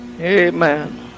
Amen